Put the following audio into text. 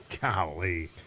Golly